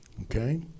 Okay